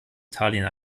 italien